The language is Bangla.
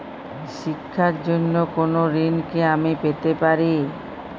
শিক্ষার জন্য কোনো ঋণ কি আমি পেতে পারি?